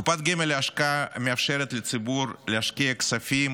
קופת גמל להשקעה מאפשרת לציבור להשקיע כספים